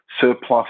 surplus